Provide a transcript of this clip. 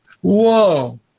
whoa